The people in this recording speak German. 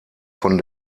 von